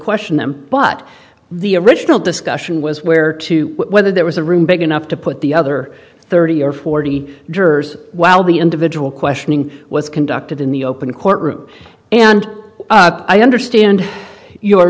question them but the original discussion was where to whether there was a room big enough to put the other thirty or forty jurors while the individual questioning was conducted in the open courtroom and i understand your